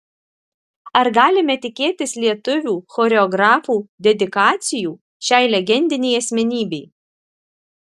ar galime tikėtis lietuvių choreografų dedikacijų šiai legendinei asmenybei